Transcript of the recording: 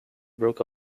broke